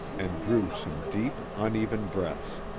and drew some deep, uneven breaths.